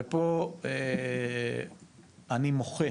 ופה אני מוחה